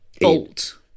Bolt